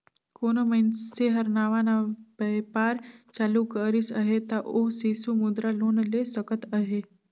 कोनो मइनसे हर नावा नावा बयपार चालू करिस अहे ता ओ सिसु मुद्रा लोन ले सकत अहे